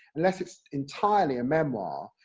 unless it's entirely a memoir,